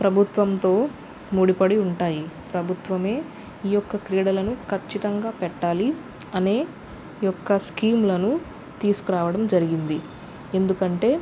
ప్రభుత్వంతో ముడిపడి ఉంటాయి ప్రభుత్వమే ఈ యొక్క క్రీడలను ఖచ్చితంగా పెట్టాలి అనే యొక్క స్కీములను తీసుకురావడం జరిగింది ఎందుకంటే